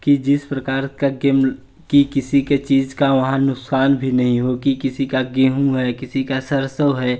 कि जिस प्रकार का गेम कि किसी के चीज़ का वहाँ नुकसान भी नहीं होगी किसी का गेहूँ है किसी का सरसो है